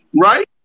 Right